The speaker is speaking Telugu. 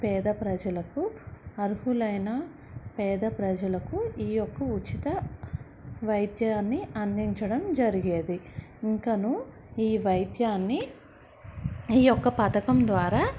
పేద ప్రజలకు అర్హులైన పేద ప్రజలకు ఈ యొక్క ఉచిత వైద్యాన్ని అందించడం జరిగేది ఇంకను ఈ వైద్యాన్ని ఈ యొక్క పథకం ద్వారా